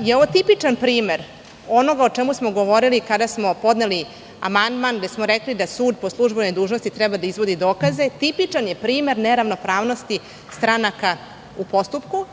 je ovo tipičan primer onoga o čemu smo govorili kada smo podneli amandman gde smo rekli da sud po službenoj dužnosti treba da izvodi dokaze, tipičan je primer neravnopravnosti stranaka u postupku.